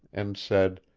and said,